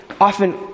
often